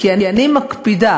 כי אני מקפידה.